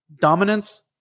Dominance